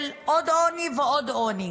של עוד עוני ועוד עוני.